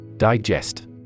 Digest